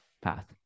path